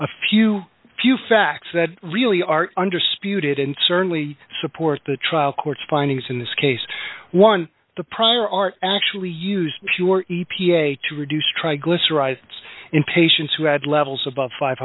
a few few facts that really are under spewed it and certainly support the trial court's findings in this case one the prior art actually used pure e p a to reduce triglycerides in patients who had levels above five